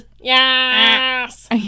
yes